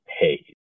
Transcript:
paid